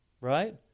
Right